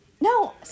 No